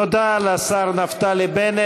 תודה לשר נפתלי בנט.